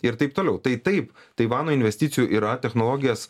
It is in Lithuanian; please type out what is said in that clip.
ir taip toliau tai taip taivano investicijų yra technologijas